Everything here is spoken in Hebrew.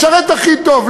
משרת הכי טוב,